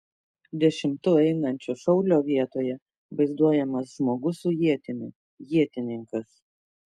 dešimtu einančio šaulio vietoje vaizduojamas žmogus su ietimi ietininkas